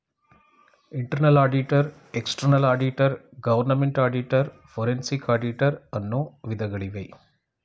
internal auditor, external auditor, government auditor, forensic auditor, ಅನ್ನು ವಿಧಗಳಿವೆ